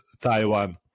Taiwan